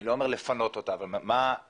אני לא אומר לפנות אותה, אבל איפה זה עומד.